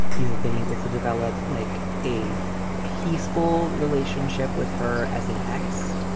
you have been able to develop like a peaceful relationship with her. as an ex,